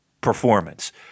performance